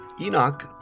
Enoch